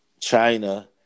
China